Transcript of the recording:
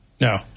No